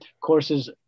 courses